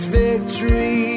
victory